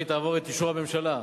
אחרי שהיא תעבור את אישור הממשלה,